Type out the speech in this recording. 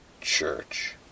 church